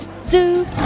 Zoo